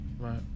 Right